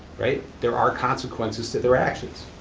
right? there are consequences to their actions.